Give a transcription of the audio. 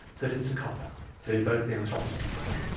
that it's a cop-out to invoke the anthropic principle.